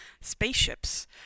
Spaceships